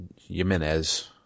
Jimenez